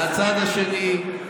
מהצד השני,